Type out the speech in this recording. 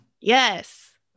Yes